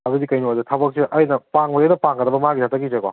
ꯑꯗꯨꯗꯤ ꯀꯩꯅꯣꯁꯦ ꯊꯕꯛꯁꯦ ꯑꯩꯅ ꯄꯥꯡꯕꯅꯦꯅ ꯄꯥꯡꯒꯗꯕ ꯃꯥꯒꯤ ꯍꯟꯗꯛꯀꯤꯁꯦꯀꯣ